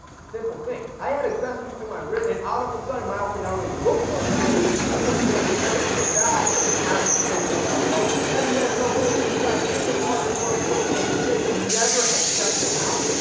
simple thing, i add accessories to my wrist and out of the sun my outfit not only looks more stylish it looks more expensive, without having to pay four thousand dollars. as you guys know rose gold the black is a partner for our show. and if you guys never have checked them out,